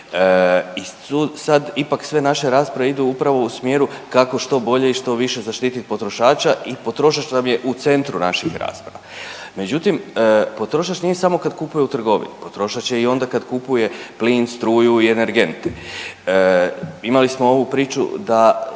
i sad ipak sve naše rasprave idu upravo u smjeru kako što bolje i što više zaštitit potrošača i potrošač nam je u centru naših rasprava, međutim potrošač nije samo kad kupuje u trgovini, potrošač je i onda kad kupuje plin, struju i energente. Imali smo ovu priču da